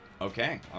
Okay